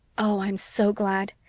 oh, i'm so glad!